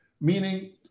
meaning